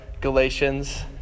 Galatians